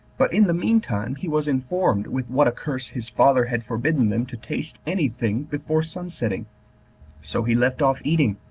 but, in the mean time, he was informed with what a curse his father had forbidden them to taste any thing before sun-setting so he left off eating,